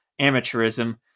amateurism